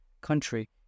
country